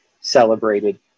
celebrated